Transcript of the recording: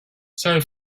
sorry